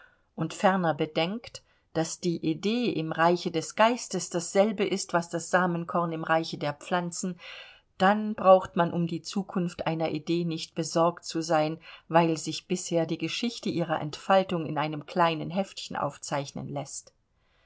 und ferner bedenkt daß die idee im reiche des geistes dasselbe ist was das samenkorn im reiche der pflanzen dann braucht man um die zukunft einer idee nicht besorgt zu sein weil sich bisher die geschichte ihrer entfaltung in einem kleinen heftchen aufzeichnen läßt